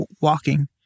walking